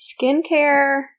Skincare